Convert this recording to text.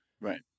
right